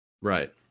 Right